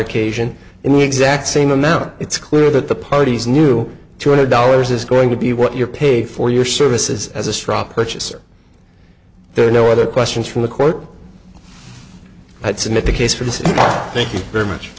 the exact same amount it's clear that the parties knew two hundred dollars is going to be what you're paid for your services as a straw purchaser there are no other questions from the court i'd submit the case for the thank you very much